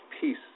peace